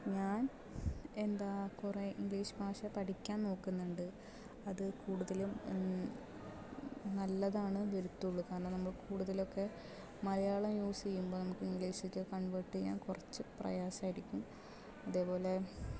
ഞാൻ എന്താ കുറെ ഇംഗ്ലീഷ് ഭാഷ പഠിക്കാൻ നോക്കുന്നുണ്ട് അത് കൂടുതലും നല്ലതാണ് വരത്തുളളൂ കാരണം നമ്മൾ കൂടുതലൊക്കെ മലയാളം യൂസ് ചെയ്യുമ്പോൾ നമുക്ക് ഇംഗ്ലീഷിലേക്ക് കൺവെർട്ട് ചെയ്യാൻ കുറച്ച് പ്രയാസം ആയിരിക്കും അതേപോലെ